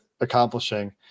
accomplishing